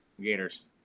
Gators